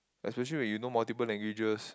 especially when you know multiple languages